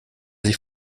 sich